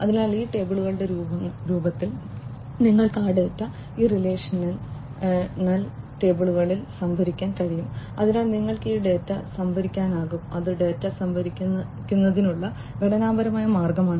അതിനാൽ ഈ ടേബിളുകളുടെ രൂപത്തിൽ നിങ്ങൾക്ക് ആ ഡാറ്റ ഈ റിലേഷണൽ ടേബിളുകളിൽ സംഭരിക്കാൻ കഴിയും അതിനാൽ നിങ്ങൾക്ക് ഈ ഡാറ്റ സംഭരിക്കാനാകും അത് ഡാറ്റ സംഭരിക്കുന്നതിനുള്ള ഘടനാപരമായ മാർഗമാണ്